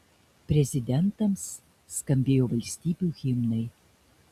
prezidentams skambėjo valstybių himnai